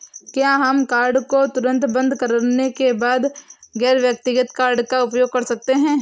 क्या हम कार्ड को तुरंत बंद करने के बाद गैर व्यक्तिगत कार्ड का उपयोग कर सकते हैं?